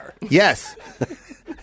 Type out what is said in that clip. Yes